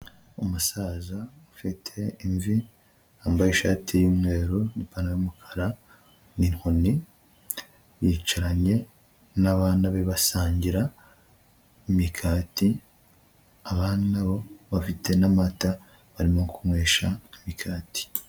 Umusaza ufite imvi, yambaye ishati y'umweru n'ipantaro y'umukara n'inkoni, yicaranye nabana be basangira imikati, abana bo bafite n'amata, barimo kunywesha imikati.